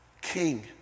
king